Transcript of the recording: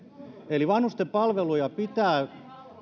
eli vanhusten palveluja